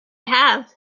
have